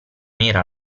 era